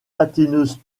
patineuse